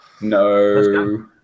No